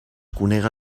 conega